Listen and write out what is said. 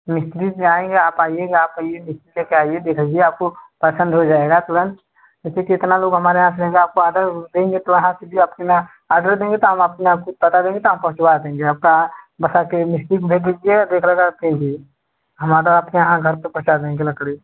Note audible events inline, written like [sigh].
मिस्त्री से आएँगे आप आइएगा आप आइए मिस्त्री लेके आइए देखिए आपको पसंद हो जाएगा तुरंत जैसे कि इतना लोग हमारे यहाँ से [unintelligible] आपको आर्डर देंगे तो वहाँ से भी आपकी ना आडर देंगे तो हम अपने आपको पता देंगे तो आप पहुँचवा देंगे आपका बस आके मिस्त्री को भेज दीजिए रेट लगाके दीजिए हम आडर आपके यहाँ घर पे पहुँचा देंगे लकड़ी